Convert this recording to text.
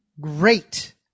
Great